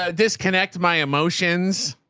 ah this connect, my emotions,